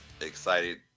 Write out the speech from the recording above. excited